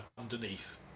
underneath